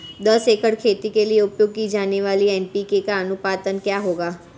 दस एकड़ खेती के लिए उपयोग की जाने वाली एन.पी.के का अनुपात क्या होगा?